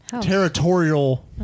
territorial